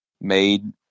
made